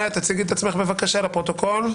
תציגי את עצמך, בבקשה, לפרוטוקול.